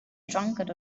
drunkard